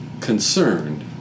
concerned